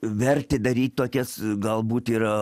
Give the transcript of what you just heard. vertė daryt tokias galbūt ir